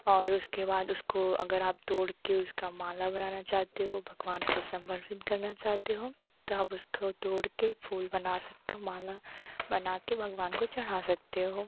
और उसके बाद उसको अगर आप उसको तोड़कर उसका माला बनाना चाहते हो भगवान को समर्पित करना चाहते हो तब उसको तोड़कर फूल बना सकते हो माला बनाकर भगवान को चढ़ा सकते हो